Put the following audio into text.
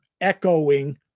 echoing